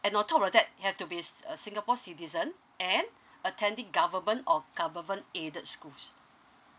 and on top of that you have to be uh singapore citizen and attending government or government aided schools